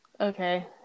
Okay